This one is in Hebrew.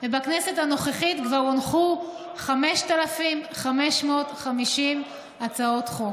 ובכנסת הנוכחית כבר הונחו 5,550 הצעות חוק.